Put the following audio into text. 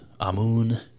Amun